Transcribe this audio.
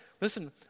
Listen